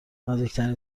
نزدیکترین